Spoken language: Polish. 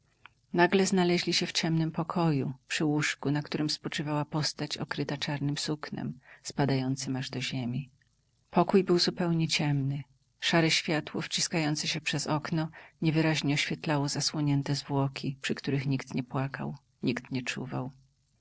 nagle znaleźli się w ciemnym pokoju przy łóżku na którem spoczywała postać okryta czarnem suknem spadającem aż do ziemi pokój był zupełnie ciemny szare światło wciskające się przez okno niewyraźnie oświetlało zasłonięte zwłoki przy których nikt nie płakał nikt nie czuwał